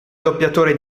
doppiatore